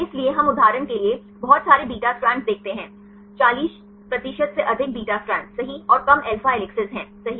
इसलिए हम उदाहरण के लिए बहुत सारे बीटा स्ट्रैंड्स देख सकते हैं 40 प्रतिशत से अधिक बीटा स्ट्रैंड्स सही और कम अल्फा हेलिकेस हैं सही